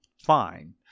fine